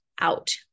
out